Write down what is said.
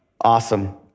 Awesome